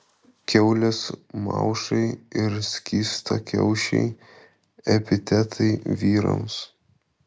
kiaulės maušai ir skystakiaušiai epitetai vyrams